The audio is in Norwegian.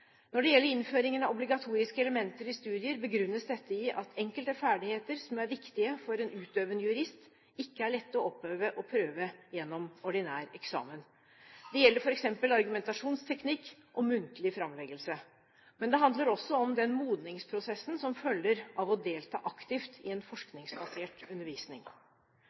Når det gjelder innføringen av obligatoriske elementer i studier, begrunnes dette i at enkelte ferdigheter som er viktige for en utøvende jurist, ikke er lette å oppøve og prøve gjennom ordinær eksamen. Det gjelder f.eks. argumentasjonsteknikk og muntlig framleggelse. Men det handler også om den modningsprosessen som følger av å delta aktivt i en forskningsbasert undervisning.